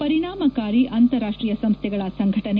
ಪರಿಣಾಮಕಾರಿ ಅಂತಾರಾಷ್ಷೀಯ ಸಂಸ್ವೆಗಳ ಸಂಘಟನೆ